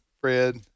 Fred